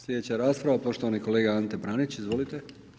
Slijedeća rasprava, poštovani kolega Ante Pranić, izvolite.